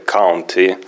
county